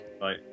bye